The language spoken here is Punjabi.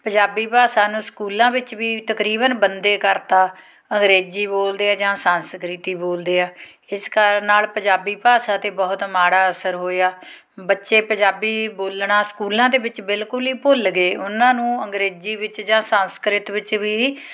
ਪੰਜਾਬੀ ਭਾਸ਼ਾ ਨੂੰ ਸਕੂਲਾਂ ਵਿੱਚ ਵੀ ਤਕਰੀਬਨ ਬੰਦ ਏ ਕਰ ਤਾ ਅੰਗਰੇਜ਼ੀ ਬੋਲਦੇ ਆ ਜਾਂ ਸੰਸਕ੍ਰਿਤ ਹੀ ਬੋਲਦੇ ਆ ਇਸ ਕਾਰਨ ਨਾਲ ਪੰਜਾਬੀ ਭਾਸ਼ਾ 'ਤੇ ਬਹੁਤ ਮਾੜਾ ਅਸਰ ਹੋਇਆ ਬੱਚੇ ਪੰਜਾਬੀ ਬੋਲਣਾ ਸਕੂਲਾਂ ਦੇ ਵਿੱਚ ਬਿਲਕੁਲ ਹੀ ਭੁੱਲ ਗਏ ਉਹਨਾਂ ਨੂੰ ਅੰਗਰੇਜ਼ੀ ਵਿੱਚ ਜਾਂ ਸੰਸਕ੍ਰਿਤ ਵਿੱਚ ਵੀ